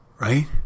right